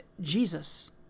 Jesus